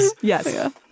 yes